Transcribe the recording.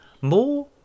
More